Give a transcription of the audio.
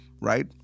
right